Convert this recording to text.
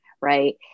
right